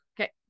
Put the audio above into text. Okay